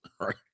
right